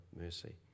mercy